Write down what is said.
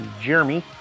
Jeremy